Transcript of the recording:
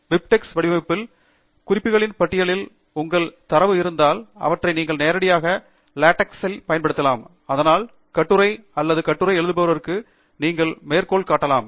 BibTeX வடிவமைப்பில் குறிப்புகளின் பட்டியலில் உங்கள் தரவு இருந்தால் அவற்றை நீங்கள் நேரடியாக லேட்டெக்ஸ் இல் பயன்படுத்தலாம் இதனால் கட்டுரை அல்லது கட்டுரை எழுதுபவருக்கு நீங்கள் மேற்கோள் காட்டலாம்